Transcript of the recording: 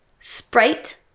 Sprite